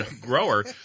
grower